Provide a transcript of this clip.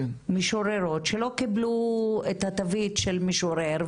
משוררות שלא קיבלו את התווית של משורר,